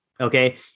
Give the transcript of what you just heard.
Okay